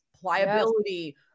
pliability